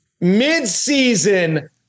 Mid-season